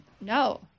No